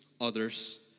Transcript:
others